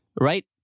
right